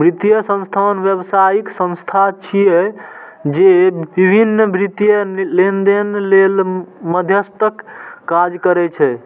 वित्तीय संस्थान व्यावसायिक संस्था छिय, जे विभिन्न वित्तीय लेनदेन लेल मध्यस्थक काज करै छै